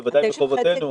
ובוודאי מחובתנו.